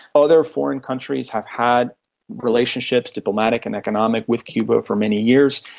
other foreign countries have had relationships, diplomatic and economic, with cuba for many years.